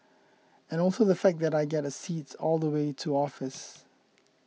and also the fact that I get a seat all the way to office